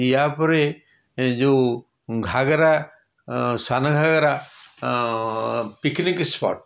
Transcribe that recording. ୟାପରେ ଯେଉଁ ଘାଗେରା ଅ ସାନଘାଗେରା ପିକ୍ନିକ୍ ସ୍ପଟ୍